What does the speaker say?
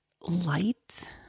light